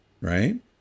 Right